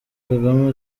kagame